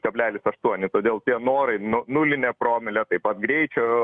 kablelis aštuoni todėl tie norai nu nulinė promilė taip pat greičio